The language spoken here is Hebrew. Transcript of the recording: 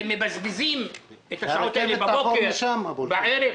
מבזבזים את השעות האלה בבוקר ובערב.